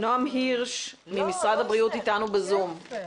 נעם הירש ממשרד הבריאות איתנו ב"זום".